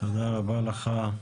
תודה רבה לך.